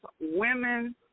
women